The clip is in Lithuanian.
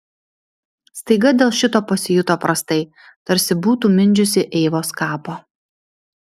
staiga dėl šito pasijuto prastai tarsi būtų mindžiusi eivos kapą